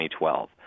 2012